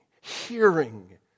hearing